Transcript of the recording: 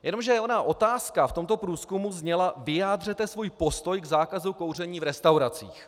Jenomže ona otázka v tomto průzkumu zněla: Vyjádřete svůj postoj k zákazu kouření v restauracích.